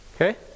okay